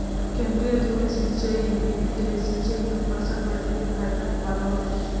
केंद्रीय धुरी सिंचई बिधि ले सिंचई हर फसल बर ढेरे फायदा वाला होथे